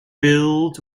filled